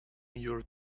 your